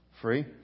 free